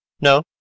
no